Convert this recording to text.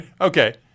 Okay